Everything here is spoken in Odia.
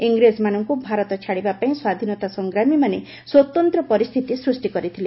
ଇଂରେଜମାନଙ୍କୁ ଭାରତ ଛାଡ଼ିବାପାଇଁ ସ୍ୱାଧୀନତା ସଂଗ୍ରାମୀମାନେ ସ୍ୱତନ୍ତ ପରିସ୍କିତି ସୂଷ୍କି କରିଥିଲେ